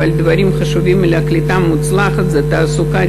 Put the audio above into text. אבל דברים חשובים לקליטה מוצלחת זה תעסוקה,